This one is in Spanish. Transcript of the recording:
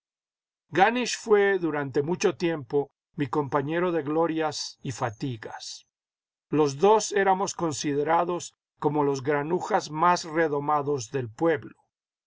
ganisch fué durante mucho tiempo mi compañero de glorias y fatigas los dos éramos considerados como los granujas más redomados del pueblo